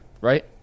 right